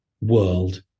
world